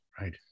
Right